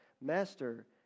Master